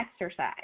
exercise